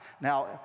Now